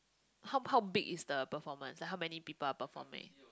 how how big is the performance like how many people are performing